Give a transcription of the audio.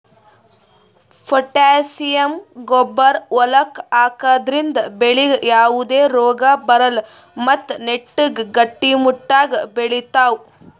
potassium ಗೊಬ್ಬರ್ ಹೊಲಕ್ಕ್ ಹಾಕದ್ರಿಂದ ಬೆಳಿಗ್ ಯಾವದೇ ರೋಗಾ ಬರಲ್ಲ್ ಮತ್ತ್ ನೆಟ್ಟಗ್ ಗಟ್ಟಿಮುಟ್ಟಾಗ್ ಬೆಳಿತಾವ್